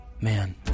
man